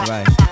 Right